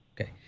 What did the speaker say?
Okay